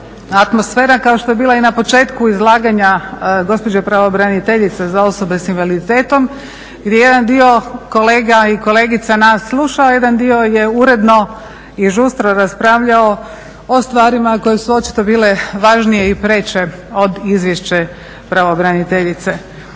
atmosfera kao što je bila i na početku izlaganja gospođe pravobraniteljice za osobe sa invaliditetom gdje jedan dio kolega i kolegica nas slušao, jedan dio je uredno i žustro raspravljao o stvarima koje su očito bile važnije i preče od Izvješća pravobraniteljice.